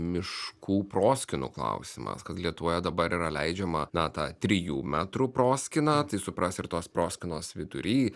miškų proskynų klausimas kad lietuvoje dabar yra leidžiama na tą trijų metrų proskyną tai supras ir tos proskynos vidury